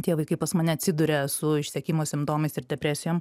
tie vaikai pas mane atsiduria su išsekimo simptomais ir depresijom